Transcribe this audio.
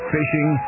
Fishing